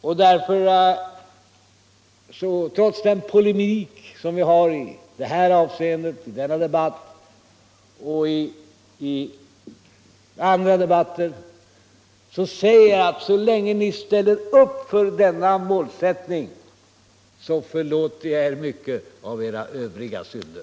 Och trots den polemik som vi möter i det avseendet i denna debatt och i andra debatter säger jag att så länge ni ställer upp för denna målsättning, förlåter jag er mycket av era övriga synder!